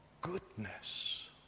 goodness